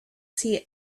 see